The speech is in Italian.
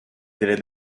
delle